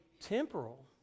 temporal